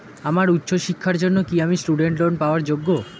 আমার উচ্চ শিক্ষার জন্য কি আমি স্টুডেন্ট লোন পাওয়ার যোগ্য?